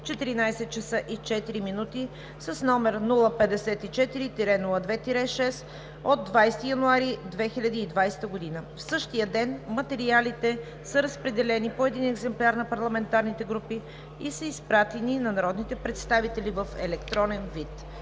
14,04 ч., с № 054-02-6 от 20 януари 2020 г. В същия ден материалите са разпределени по един екземпляр на парламентарните групи и са изпратени на народните представители в електронен вид.